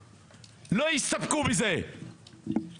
לא יסתפקו בזה אז אל תחשבו ככה.